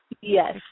Yes